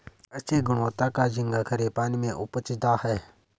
अच्छे गुणवत्ता का झींगा खरे पानी में उपजता है